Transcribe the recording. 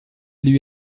lui